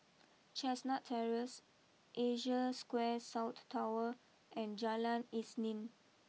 Chestnut Terrace Asia Square South Tower and Jalan Isnin